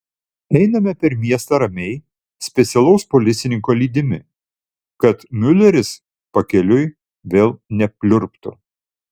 einame per miestą ramiai specialaus policininko lydimi kad miuleris pakeliui vėl nepliurptų